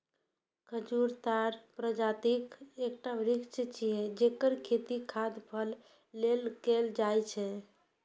खजूर ताड़ प्रजातिक एकटा वृक्ष छियै, जेकर खेती खाद्य फल लेल कैल जाइ छै